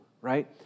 right